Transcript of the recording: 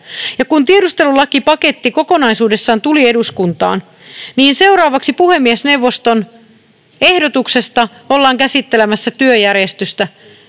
Ja kun tiedustelulakipaketti kokonaisuudessaan tuli eduskuntaan, niin seuraavaksi puhemiesneuvoston ehdotuksesta ollaan käsittelemässä työjärjestystä,